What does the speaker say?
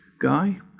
guy